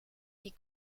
die